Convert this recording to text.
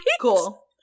Cool